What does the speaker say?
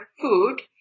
food